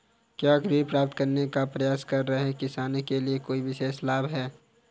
क्या ऋण प्राप्त करने का प्रयास कर रहे किसानों के लिए कोई विशेष लाभ हैं?